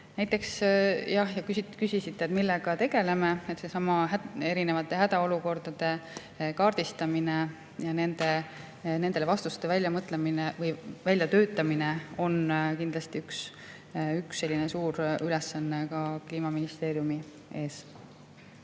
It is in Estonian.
vastu. Te küsisite, millega me tegeleme. Seesama erinevate hädaolukordade kaardistamine ja nendele vastuste väljatöötamine on kindlasti üks selline suur ülesanne ka Kliimaministeeriumis,